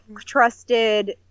trusted